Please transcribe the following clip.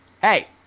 hey